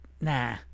nah